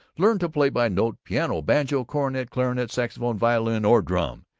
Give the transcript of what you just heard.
learn to play by note, piano, banjo, cornet, clarinet, saxophone, violin or drum,